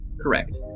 Correct